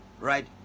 right